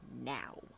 now